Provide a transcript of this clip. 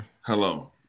hello